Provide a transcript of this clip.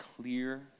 clear